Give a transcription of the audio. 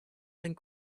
and